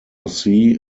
sea